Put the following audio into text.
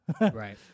Right